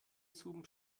zum